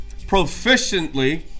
proficiently